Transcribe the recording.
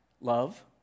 Love